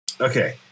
Okay